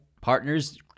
partners